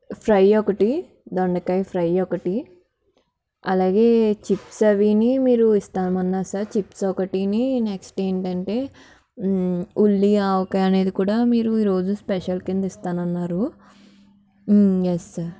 fry ఒకటి దొండకాయ fry ఒకటి అలాగే చిప్స్ అవిని మీరు ఇస్తామన్నారు చిప్స్ ఒకటిని నెక్స్ట్ ఏంటంటే ఉల్లి ఆవకాయ అనేది కూడా మీరు ఈరోజు స్పెషల్ కింద ఇస్తానన్నారు ఎస్ సార్